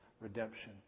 redemption